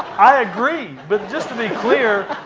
i agree, but just to be clear,